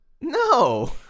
No